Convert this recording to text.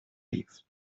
rives